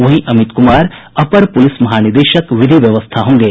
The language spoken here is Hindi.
वहीं अमित कुमार अपर पुलिस महानिदेशक विधि व्यवस्था होंगे